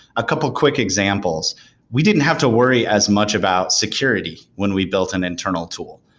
a couple quick examples we didn't have to worry as much about security when we built an internal tool.